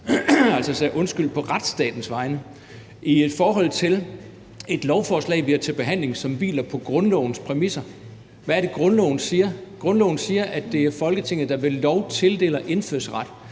altså sige undskyld på retsstatens vegne, i forhold til et lovforslag, vi har til behandling, som hviler på grundlovens præmisser? Hvad er det, grundloven siger? Grundloven siger, at det er Folketinget, der ved lov tildeler indfødsret.